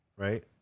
Right